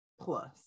plus